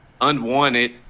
unwanted